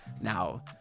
Now